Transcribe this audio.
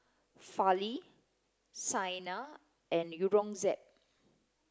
Fali Saina and Aurangzeb